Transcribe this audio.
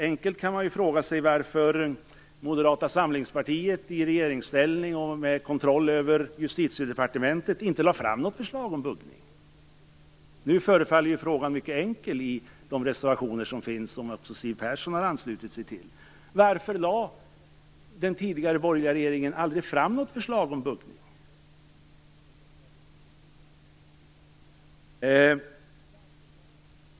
Man kan fråga sig varför Moderata samlingspartiet i regeringsställning och med kontroll över Justitiedepartementet inte lade fram något förslag om buggning. I de reservationer som nu finns, och som också Siw Persson har anslutit sig till, förefaller frågan mycket enkel. Varför lade den tidigare, borgerliga regeringen aldrig fram något förslag om buggning?